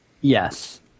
Yes